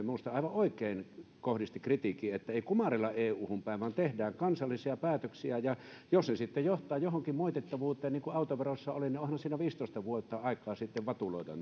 minusta aivan oikein kohdisti kritiikin ei kumarrella euhun päin vaan tehdään kansallisia päätöksiä ja jos se sitten johtaa johonkin moitittavuuteen niin kuin autoverossa oli niin onhan siinä viisitoista vuotta aikaa sitten vatuloida